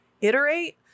iterate